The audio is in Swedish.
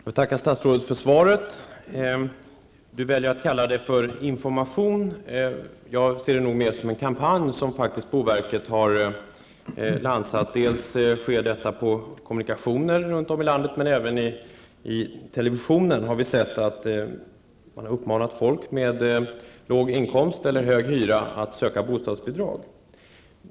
Herr talman! Jag tackar statsrådet för svaret. Socialministern väljer att kalla det för information. Jag ser det mer som en kampanj, som boverket har lanserat. Det sker bl.a. på kommunikationer runt om i landet. Vi har även sett på televisionen att man har uppmanat folk med låg inkomst eller hög hyra att söka bostadsbidrag.